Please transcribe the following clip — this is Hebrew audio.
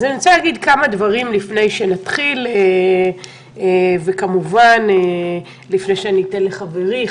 אני רוצה להגיד כמה דברים לפני שנתחיל וכמובן לפני שאתן לחברי,